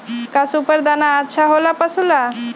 का सुपर दाना अच्छा हो ला पशु ला?